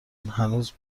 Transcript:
هنوز